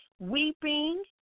Weeping